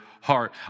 heart